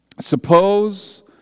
Suppose